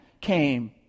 came